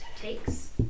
takes